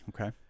Okay